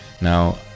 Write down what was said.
Now